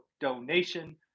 donation